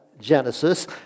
Genesis